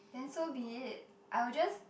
then so be it I will just